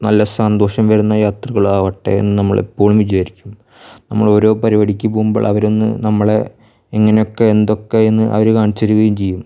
നല്ല സന്തോഷം വരുന്ന യാത്രകളാവട്ടെ എന്ന് നമ്മൾ എപ്പോഴും വിചാരിക്കും നമ്മൾ ഓരോ പരിപാടിക്ക് പോവുമ്പോൾ അവരൊന്ന് നമ്മളെ എങ്ങനെയൊക്കെ എന്തൊക്കെയെന്ന് അവര് കാണിച്ചു തരികയും ചെയ്യും